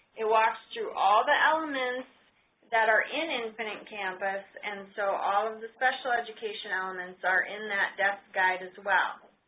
it walks through all the elements that are in infinite campus and so all of the special education elements are in that desk guide as well.